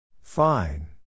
Fine